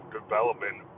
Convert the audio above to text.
development